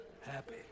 happy